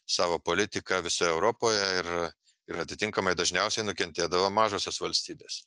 savo politiką visoj europoj ir ir atitinkamai dažniausiai nukentėdavo mažosios valstybės